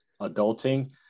adulting